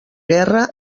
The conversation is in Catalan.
guerra